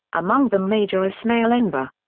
among them major ismail enver.